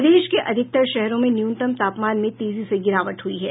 प्रदेश के अधिकतर शहरों में न्यूनतम तापमान में तेजी से गिरावट हुई है